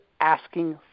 asking